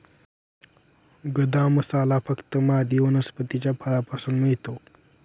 गदा मसाला फक्त मादी वनस्पतीच्या फळापासून मिळतो